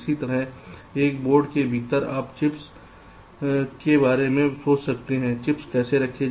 इसी तरह एक बोर्ड के भीतर आप चिप्स के बारे में सोच सकते हैं चिप्स कैसे रखें